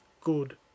good